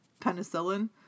penicillin